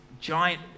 giant